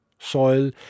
Soil